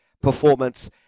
performance